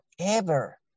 forever